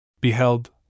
Beheld